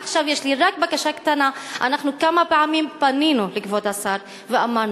עכשיו יש לי רק בקשה קטנה: אנחנו פנינו כמה פעמים לכבוד השר ואמרנו,